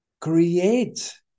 create